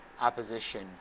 opposition